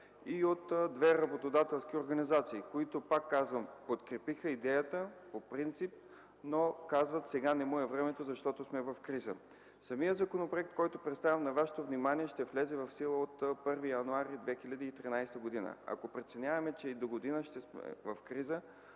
и от две работодателски организации. Пак казвам, те подкрепиха идеята по принцип, но казаха: „Сега не му е времето, защото сме в криза”. Самият законопроект, който представям на Вашето внимание ще влезе в сила от 1 януари 2013 г. Ако преценим, че и догодина ще сме в криза,